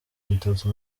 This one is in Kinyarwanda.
bitatu